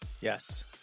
Yes